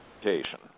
education